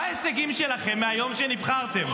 מהיום שנבחרתם?